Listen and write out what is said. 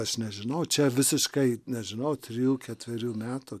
aš nežinau čia visiškai nežinau trejų ketverių metų